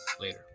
Later